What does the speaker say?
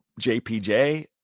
JPJ